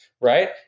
Right